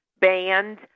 banned